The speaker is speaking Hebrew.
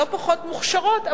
לא פחות מוכשרות,